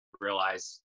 realize